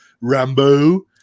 Rambo